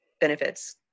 benefits